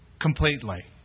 completely